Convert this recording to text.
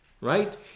Right